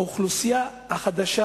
האוכלוסייה החדשה,